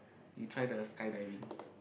you try the skydiving